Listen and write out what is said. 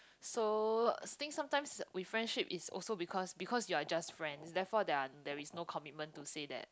so I think sometimes with friendship it's also because because you're just friends therefore there are there is no commitment to say that